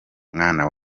mwana